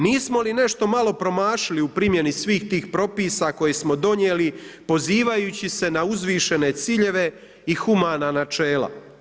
Nismo li nešto malo promašili u primjeni svih tih propisa koje smo donijeli pozivajući se na uzvišene ciljeve i humana načela?